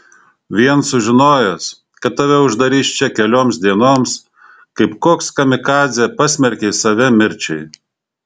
vien sužinojęs kad tave uždarys čia kelioms dienoms kaip koks kamikadzė pasmerkei save mirčiai